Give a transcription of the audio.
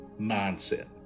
mindset